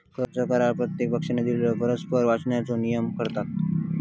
कर्ज करार प्रत्येक पक्षानं दिलेल्यो परस्पर वचनांचो नियमन करतत